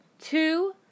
two